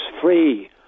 free